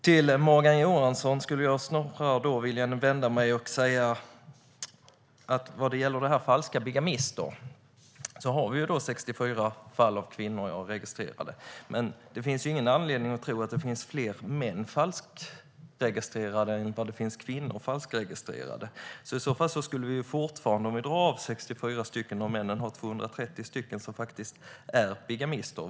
Vad gäller falska bigamister vill jag säga till Morgan Johansson att vi har 64 fall av kvinnor registrerade men att det inte finns någon anledning att tro att det finns fler falskregistrerade män än kvinnor. I så fall skulle vi fortfarande, om vi drar av 64, ha 230 män som faktiskt är bigamister.